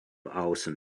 außen